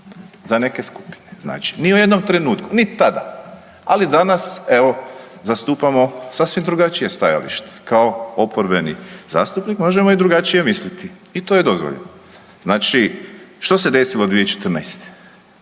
Za neke skupine, znači ni u jednom trenutku, ni tada. Ali danas, evo, zastupamo sasvim drugačije stajalište kao oporbeni zastupnik možemo i drugačije misliti i to je dozvoljeno. Znači, što se desilo 2014.?